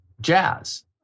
jazz